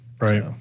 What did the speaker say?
Right